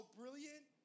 brilliant